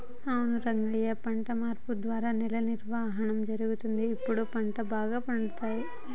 అవును రంగయ్య పంట మార్పు ద్వారా నేల నిర్వహణ జరుగుతుంది, గప్పుడు పంటలు బాగా పండుతాయి